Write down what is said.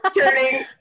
turning